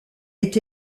est